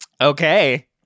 Okay